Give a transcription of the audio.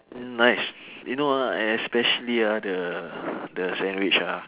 nice you know ah especially ah the the sandwich ah